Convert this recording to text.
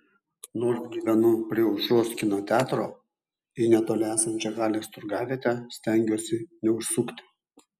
nors gyvenu prie aušros kino teatro į netoli esančią halės turgavietę stengiuosi neužsukti